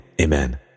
amen